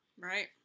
Right